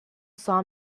saw